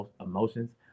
emotions